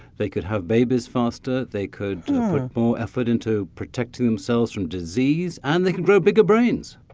they could have babies faster. they could put more effort into protecting themselves from disease. and they could grow bigger brains